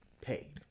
paid